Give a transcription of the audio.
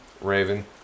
Raven